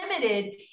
limited